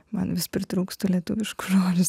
man vis pritrūksta lietuviškų žodžių